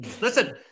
Listen